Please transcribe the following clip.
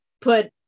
put